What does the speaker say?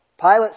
Pilate